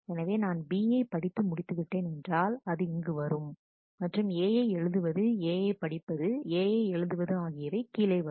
எனவே நான் B யை படித்து முடித்து விட்டேன் என்றாள் அது இங்கு வரும் மற்றும் A யை எழுதுவது A யை படிப்பது A யை எழுதுவது ஆகியவை கீழே வரும்